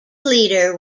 leader